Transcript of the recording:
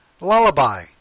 Lullaby